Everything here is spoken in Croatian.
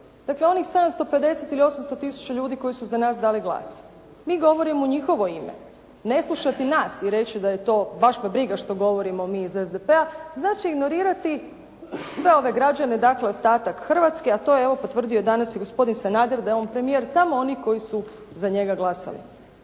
Dakle onih 750 ili 800 tisuća ljudi koji su za nas dali glas. Mi govorimo u njihovo ime. Ne slušati nas i reći da je to, baš me briga što govorimo mi iz SDP-a znači ignorirati sve ove građane, dakle ostatak Hrvatske, a to je evo potvrdio danas i gospodin Sanader da je on premijer samo onih koji su za njega glasali.